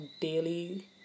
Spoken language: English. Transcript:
daily